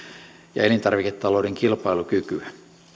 ja elintarviketalouden kilpailukykyä